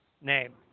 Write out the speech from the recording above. name